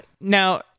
Now